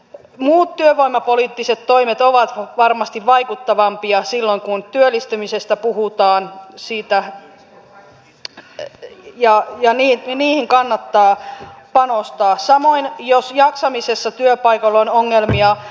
muut työvoimapoliittiset toimet ovat varmasti vaikuttavampia silloin kun työllistymisestä puhutaan niihin kannattaa panostaa samoin jos jaksamisessa työpaikoilla on ongelmia